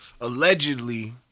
Allegedly